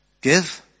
give